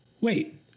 Wait